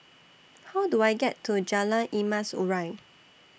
How Do I get to Jalan Emas Urai